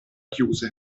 chiuse